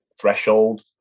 threshold